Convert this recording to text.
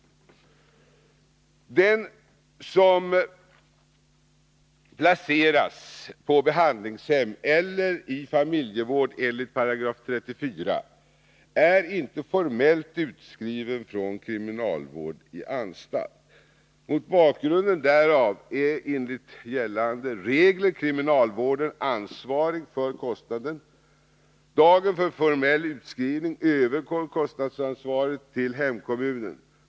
Tisdagen den Den som placeras på behandlingshem eller i familjevård enligt 34 § ärinte — 1 mars 1983 formellt utskriven från kriminalvård i anstalt. Mot bakgrund därav är enligt Om förbättrade utskrivning övergår kostnadsansvaret till hemkommunen.